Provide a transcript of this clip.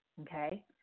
okay